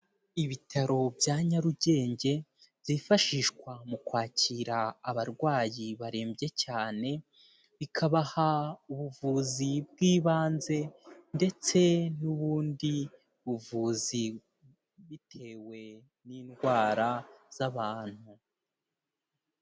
Ibitaro bya Nyarugenge, byifashishwa mu kwakira abarwayi barembye cyane, bikabaha ubuvuzi bw'ibanze, ndetse n'ubundi buvuzi, bitewe n'indwara z'abantu.